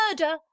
murder